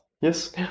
Yes